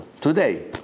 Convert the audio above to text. Today